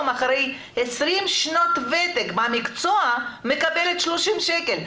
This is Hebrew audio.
אחרי 30 שנות ותק במקצוע מקבלת 30 שקלים לשעה.